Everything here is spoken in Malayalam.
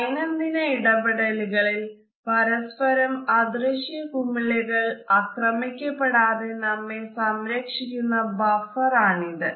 ദൈനംദിന ഇടപെടലുകളിൽ പരസ്പരം അദൃശ്യ കുമിളകൾ അക്രമിക്കപെടാതെ നമ്മെ സംരക്ഷിക്കുന്ന ബഫർ ആണ് ഇത്